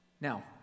Now